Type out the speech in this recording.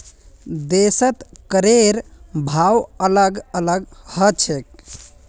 देशत करेर भाव अलग अलग ह छेक